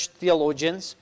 theologians